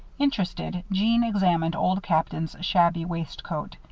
interested jeanne examined old captain's shabby waistcoat.